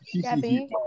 Gabby